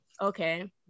Okay